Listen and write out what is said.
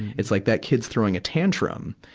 it's like that kid's throwing a tantrum.